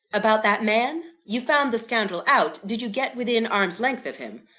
about that man? you found the scoundrel out? did you get within arm's length of him?